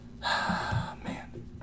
Man